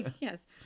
Yes